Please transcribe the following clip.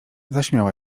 zaśmiała